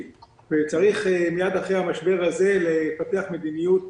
וצריך מיד אחרי המשבר הזה לפתח מדיניות